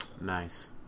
Nice